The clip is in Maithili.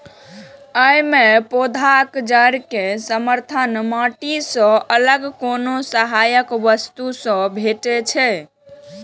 अय मे पौधाक जड़ कें समर्थन माटि सं अलग कोनो सहायक वस्तु सं भेटै छै